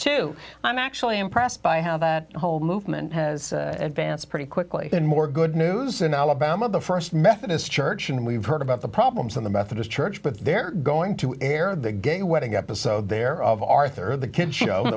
two i'm actually impressed by how that whole movement has advanced pretty quickly in more good news in alabama the st methodist church and we've heard about the problems in the methodist church but they're going to air the gay wedding episode there of arthur the kids show